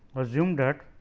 assume that